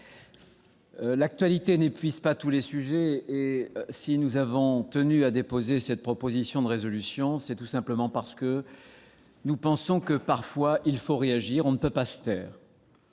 l'actualité n'épuise pas tous les sujets. Si nous avons tenu à déposer cette proposition de résolution, c'est tout simplement parce que nous pensons que, parfois, il faut réagir. On ne peut pas se taire,